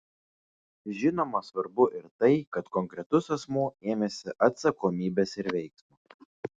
žinoma svarbu ir tai kad konkretus asmuo ėmėsi atsakomybės ir veiksmo